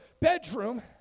bedroom